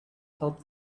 help